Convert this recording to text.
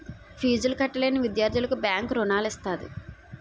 ఫీజులు కట్టలేని విద్యార్థులకు బ్యాంకు రుణాలు ఇస్తది